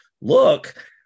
look